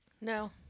No